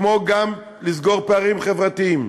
כמו גם לסגור פערים חברתיים,